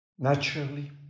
Naturally